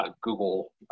Google